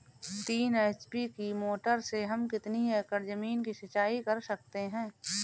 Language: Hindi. तीन एच.पी की मोटर से हम कितनी एकड़ ज़मीन की सिंचाई कर सकते हैं?